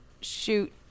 shoot